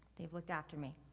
they've looked after me.